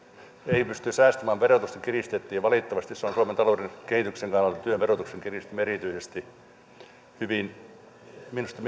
ei pystytty säästämään verotusta kiristettiin ja valitettavasti se on suomen talouden kehityksen kannalta työn verotuksen kiristyminen erityisesti minusta